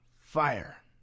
fire